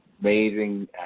amazing